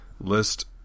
list